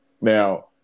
Now